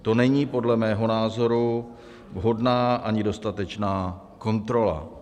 To není podle mého názoru vhodná ani dostatečná kontrola.